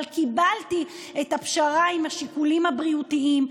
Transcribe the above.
אבל קיבלתי את הפשרה עם השיקולים הבריאותיים,